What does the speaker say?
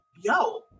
yo